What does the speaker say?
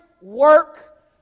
work